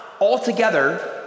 altogether